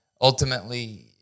Ultimately